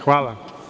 Hvala.